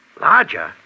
Larger